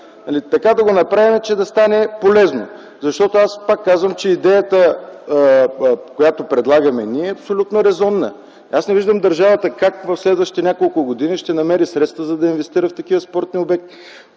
така да го направим, че да стане полезно. Пак казвам: идеята, която предлагаме ние е абсолютно разумна. Аз не виждам държавата как в следващите няколко години ще намери средства, за да инвестира в такива спортни обети.